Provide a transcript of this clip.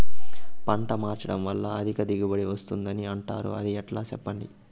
పంట మార్చడం వల్ల అధిక దిగుబడి వస్తుందని అంటారు అది ఎట్లా సెప్పండి